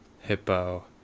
hippo